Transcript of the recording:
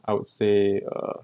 I would say err